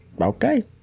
Okay